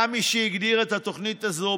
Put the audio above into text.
היה מי שהגדיר את התוכנית הזאת,